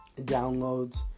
downloads